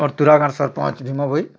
Bhima Bhoi